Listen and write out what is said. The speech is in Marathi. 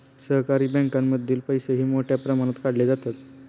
सहकारी बँकांमधील पैसेही मोठ्या प्रमाणात काढले जातात